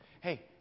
Hey